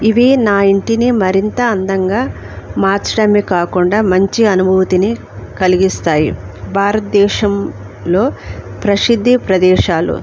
ఇవి నా ఇంటిని మరింత అందంగా మార్చడమే కాకుండా మంచి అనుభూతిని కలిగిస్తాయి భారతదేశంలో ప్రసిద్ధి ప్రదేశాలు